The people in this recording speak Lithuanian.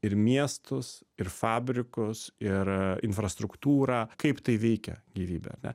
ir miestus ir fabrikus ir infrastruktūrą kaip tai veikia gyvybę ar ne